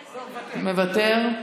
מוותר.